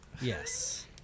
Yes